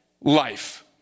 life